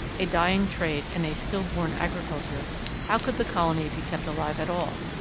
a dying trade, and a stillborn agriculture how could the colony be kept alive at all?